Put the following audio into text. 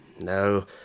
no